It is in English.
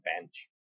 bench